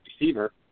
receiver